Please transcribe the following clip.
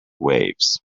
waves